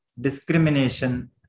Discrimination